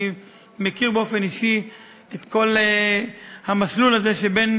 אני מכיר באופן אישי את כל המסלול הזה שבין